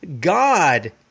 God